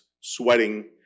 sweating